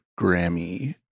Grammy